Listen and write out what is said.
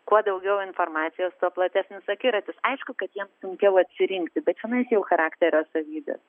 kuo daugiau informacijos tuo platesnis akiratis aišku kad jiems sunkiau atsirinkti bet čionais jau charakterio savybės